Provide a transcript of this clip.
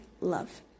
love